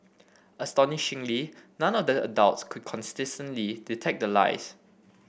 astonishingly none of the adults could consistently detect the lies